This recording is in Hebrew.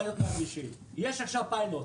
יש עכשיו פיילוט.